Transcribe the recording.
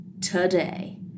today